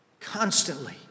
constantly